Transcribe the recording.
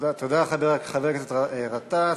תודה, חבר הכנסת גטאס.